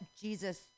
Jesus